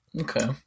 okay